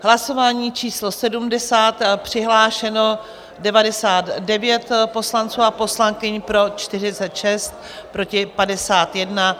Hlasování číslo 70, přihlášeno 99 poslanců a poslankyň, pro 46, proti 51.